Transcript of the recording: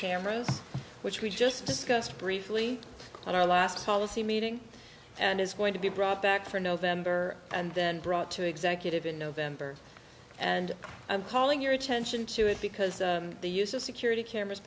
cameras which we just discussed briefly at our last policy meeting and is going to be brought back for november and then brought to executive in november and i'm calling your attention to it because the use of security cameras